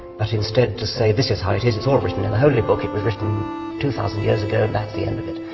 but instead to say this is how it is is all written in the holy book it was written two thousand years ago and at the end of it